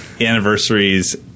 anniversaries